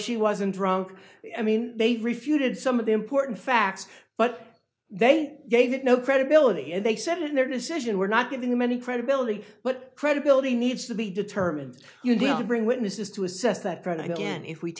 she wasn't drunk i mean they've refuted some of the important facts but they gave it no credibility and they said in their decision we're not giving them any credibility but credibility needs to be determined you don't bring witnesses to assess that crowd again if we